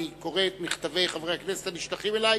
אני קורא את מכתבי חברי הכנסת הנשלחים אלי